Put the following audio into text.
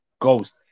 ghost